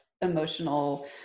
emotional